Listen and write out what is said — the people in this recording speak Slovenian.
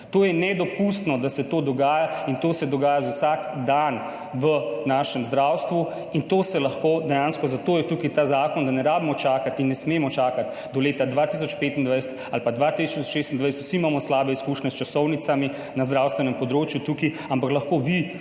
To je nedopustno, da se to dogaja, in to se dogaja za vsak dan v našem zdravstvu. Zato je tukaj ta zakon, da nam ni treba čakati in ne smemo čakati do leta 2025 ali pa 2026. Vsi imamo slabe izkušnje s časovnicami na zdravstvenem področju, ampak lahko vi